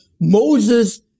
Moses